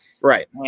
Right